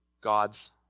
God's